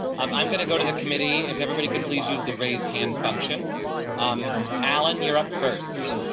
um i'm going to go to the committee if everybody could please use the raise hand function i'm alan you're up first.